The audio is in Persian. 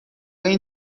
این